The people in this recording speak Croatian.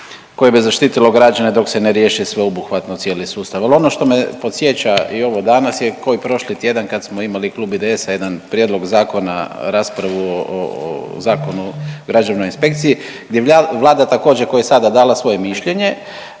koje bi zaštitilo građane dok se ne riješi sveobuhvatno cijeli sustav. Al ono što me podsjeća i ovo danas je ko i prošli tjedan kad smo imali Klub IDS-a jedan prijedlog zakona, raspravu o Zakonu o građevnoj inspekciji gdje je Vlada također ko i sada dala svoje mišljenje